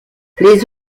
les